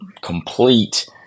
complete